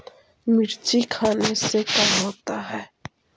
मिर्ची खाने से का होता है?